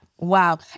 Wow